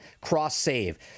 cross-save